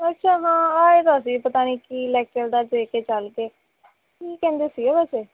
ਅੱਛਾ ਹਾਂ ਆਏ ਤਾਂ ਸੀ ਪਤਾ ਨਹੀਂ ਕੀ ਲੈਕਚਰ ਜਿਹਾ ਦੇ ਕੇ ਚਲੇ ਗਏ ਕੀ ਕਹਿੰਦੇ ਸੀ ਉਹ ਵੈਸੇ